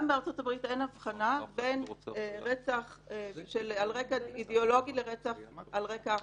גם בארצות-הברית אין אבחנה בין רצח על רקע אידיאולוגי לרצח על רקע אחר.